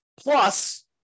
Plus